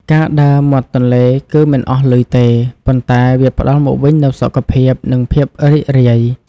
ការដើរមាត់ទន្លេគឺមិនអស់លុយទេ ប៉ុន្តែវាផ្ដល់មកវិញនូវសុខភាព និងភាពរីករាយ។